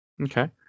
Okay